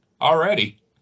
already